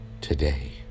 today